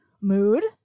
mood